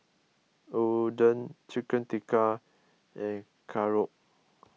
Oden Chicken Tikka and Korokke